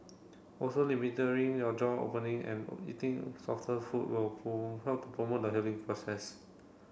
also your jaw opening and eating softer food will help to promote the healing process